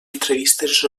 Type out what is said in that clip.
entrevistes